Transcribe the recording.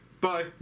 bye